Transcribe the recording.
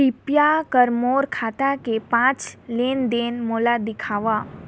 कृपया कर मोर खाता के पांच लेन देन मोला दिखावव